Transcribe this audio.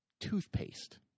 toothpaste